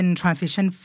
transition